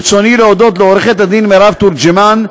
ברצוני להודות לעו"ד מרב תורג'מן,